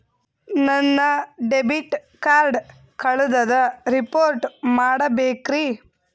ನನ್ನ debit card ಕಳ್ದದ report ಮಾಡಬೇಕ್ರಿ